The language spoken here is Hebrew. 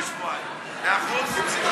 מאה אחוז.